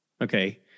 Okay